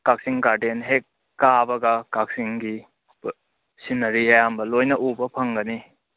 ꯀꯥꯛꯆꯤꯡ garden ꯍꯦꯛ ꯀꯥꯕꯒ ꯀꯥꯛꯆꯤꯡꯒꯤ ꯁꯤꯅꯔꯤ ꯑꯌꯥꯝꯕ ꯂꯣꯏꯅ ꯎꯕ ꯐꯪꯒꯅꯤ